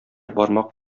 бармак